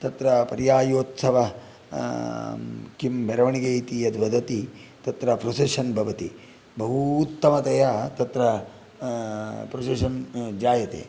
तत्र पर्यायोत्सव किं मेरवणिगे इति यद्वदति तत्र प्रोसेषन् भवति बहूत्तमतया तत्र प्रोसेषन् जायते